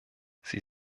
sie